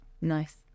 Nice